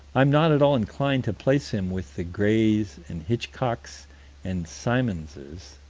i'm not at all inclined to place him with the grays and hitchcocks and symonses.